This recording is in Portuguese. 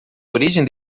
origem